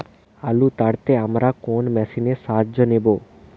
আলু তাড়তে আমরা কোন মেশিনের সাহায্য নেব?